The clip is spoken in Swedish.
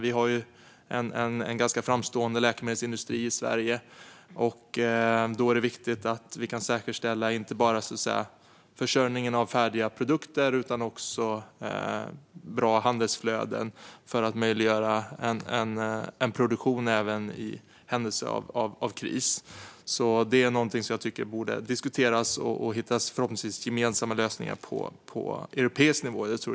Vi har en ganska framstående läkemedelsindustri i Sverige. Då är det viktigt att vi kan säkerställa inte bara försörjningen av färdiga produkter utan också bra handelsflöden för att möjliggöra en produktion även i händelse av kris. Det är någonting som man borde diskutera och förhoppningsvis hitta gemensamma lösningar för på europeisk nivå.